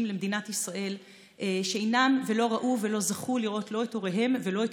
למדינת ישראל שלא ראו ולא זכו לראות לא את הוריהם ולא את